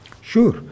Sure